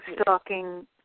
stalking